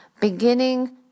Beginning